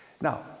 Now